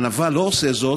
לא עושה זאת,